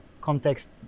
context